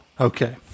Okay